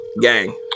Gang